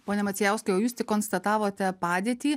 pone macijauskai o jūs tik konstatavote padėtį